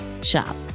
shop